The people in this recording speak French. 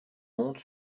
monte